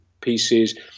pieces